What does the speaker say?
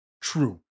true